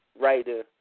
writer